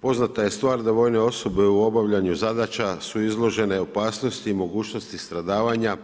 Poznata je stvar da vojne osobe u obavljanju zadaća su izložene opasnosti mogućnosti stradavanja